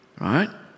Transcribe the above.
Right